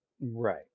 Right